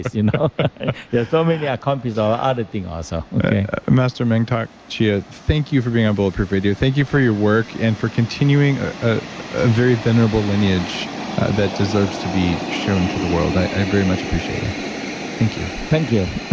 you know yeah so many yeah accomplished, other thing also. okay master mantak chia, thank you for being on bulletproof radio. thank you for your work and for continuing a very venerable lineage that deserves to be shown to the world. i i very much appreciate you thank you thank you.